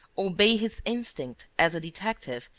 obey his instinct as a detective,